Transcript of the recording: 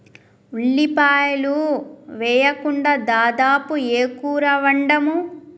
ఉల్లిపాయలు వేయకుండా దాదాపు ఏ కూర వండము